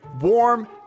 warm